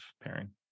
pairing